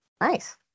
Nice